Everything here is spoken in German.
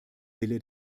wille